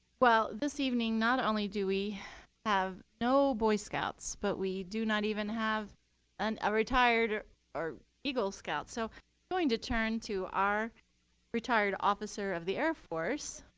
well, this evening, not only do we have no boy scouts, but we do not even have and a retired eagle scout. so going to turn to our retired officer of the air force.